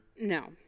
No